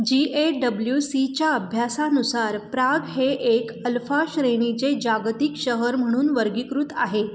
G A W सीच्या अभ्यासानुसार Prague हे एक अल्फा श्रेणीचे जागतिक शहर म्हणून वर्गीकृत आहे